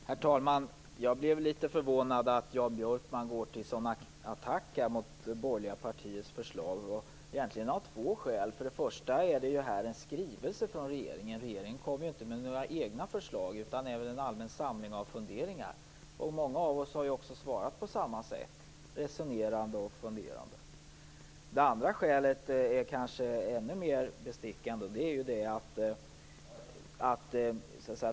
Herr talman! Jag blev av två skäl litet förvånad över att Jan Björkman går till sådana attacker mot borgerliga partiers förslag. Det första skälet är att detta är en skrivelse från regeringen. Regeringen kommer ju inte med några egna förslag utan med en allmän samling funderingar, och många av oss har också svarat på samma sätt, resonerande och funderande. Det andra skälet är ännu mer bestickande.